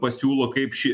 pasiūlo kaip ši